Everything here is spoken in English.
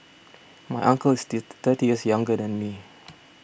my uncle is thirty years younger than me